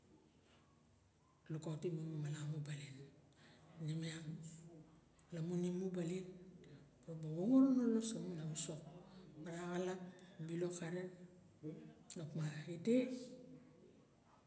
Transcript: Lukautim imu malamu balnig ine miang lamun imu baling muruba woworo lolos hamun mara xalap bilong karen opa ide